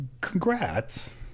Congrats